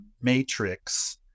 matrix